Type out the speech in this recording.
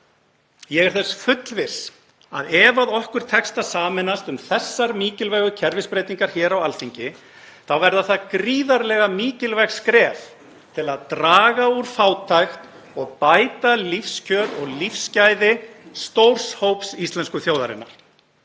Ég er þess fullviss að ef okkur tekst að sameinast um þessar mikilvægu kerfisbreytingar hér á Alþingi þá verða það gríðarlega mikilvæg skref til að draga úr fátækt og bæta lífskjör og lífsgæði stórs hóps íslensku þjóðarinnar.